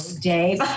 Dave